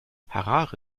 harare